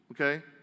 okay